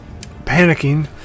panicking